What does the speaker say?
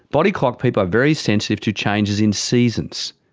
body clock people are very sensitive to changes in seasons.